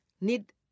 need